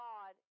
God